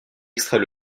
extrait